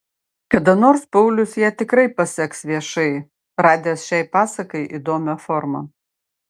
kada nors paulius ją tikrai paseks viešai radęs šiai pasakai įdomią formą